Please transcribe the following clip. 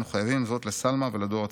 אנחנו חייבים זאת לסלמא ולדור הצעיר".